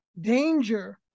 danger